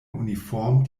uniform